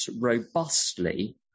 robustly